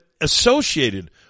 associated